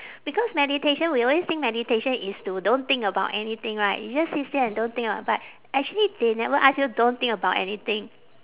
because meditation we always think meditation is to don't think about anything right you just sit still and don't think about but actually they never ask you don't think about anything